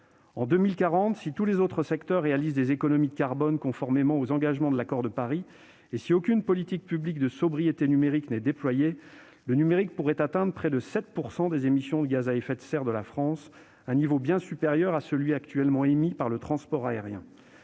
En 2040, si tous les autres secteurs réalisent des économies de carbone, conformément aux engagements de l'accord de Paris et si aucune politique publique de sobriété numérique n'est déployée, le numérique pourrait atteindre près de 7 % des émissions de gaz à effet de serre de la France, un niveau bien supérieur à celui actuellement émis par le transport aérien.